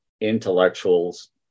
intellectuals